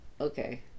Okay